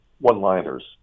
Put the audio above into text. one-liners